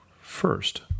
first